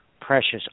precious